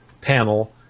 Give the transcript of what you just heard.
panel